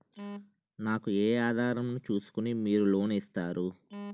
నాకు ఏ ఆధారం ను చూస్కుని మీరు లోన్ ఇస్తారు?